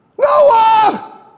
Noah